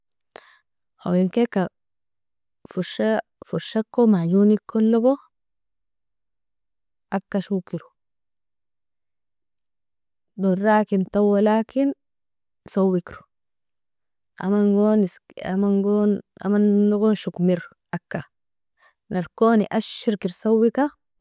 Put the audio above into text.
Awalinkelka forshako maajonikologo agka shokero, dorakin tawolakin sawekro amangon shokmer agka, narkoni ashraker saweka.